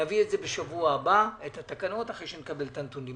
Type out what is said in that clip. נביא בשבוע הבא את התקנות, אחרי שנקבל את הנתונים.